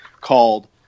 called